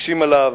מקשים עליו,